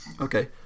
Okay